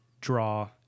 draw